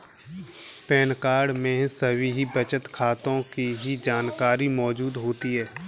pan card में सभी बचत खातों की जानकारी मौजूद होती है